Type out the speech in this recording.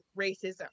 racism